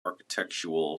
architectural